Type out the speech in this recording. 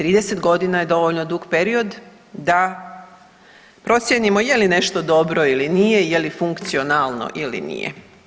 30 godina je dovoljno dug period da procijenimo je li nešto dobro ili nije, je li funkcionalno ili nije.